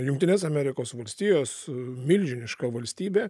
jungtinės amerikos valstijos milžiniška valstybė